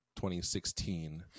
2016